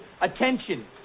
Attention